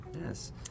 yes